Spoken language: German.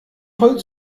voll